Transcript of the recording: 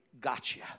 gotcha